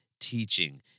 teaching